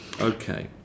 Okay